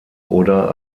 oder